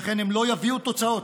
שכן הם לא יביאו תוצאות